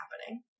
happening